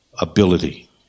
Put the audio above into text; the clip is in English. ability